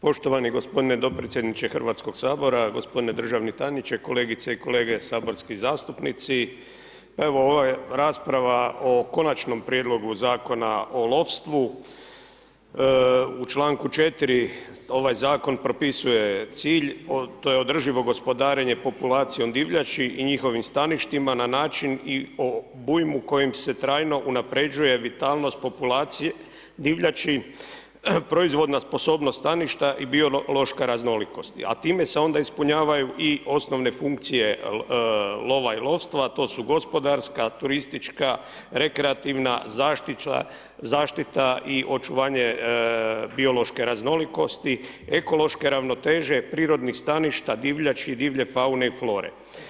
Poštovani gospodine dopredsjedniče Hrvatskog sabora, gospodine državni tajniče, kolegice i kolege saborski zastupnici, evo ova rasprava o Konačnom prijedloga Zakona o lovstvu u članku 4. ovaj zakon propisuje cilj to je održivo gospodarenje populacijom divljači i njihovim staništima na način i obujmu kojim se trajno unapređuje vitalnost populacije divljači, proizvoda sposobnost staništa i biološka raznolikost, a time se onda ispunjavaju i osnovne funkcije lova i lovstva, to su gospodarska, turistička, rekreativna zaštita i očuvanje biološke raznolikosti, ekološke ravnoteže prirodnih staništa, divljači, divlje faune i flore.